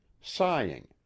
sighing